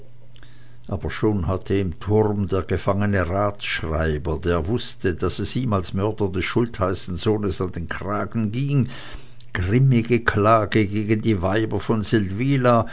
aber schon hatte im turm der gefangene ratsschreiber der wußte daß es ihm als mörder des schultheißensohnes an den kragen ging grimmige klage gegen die weiber von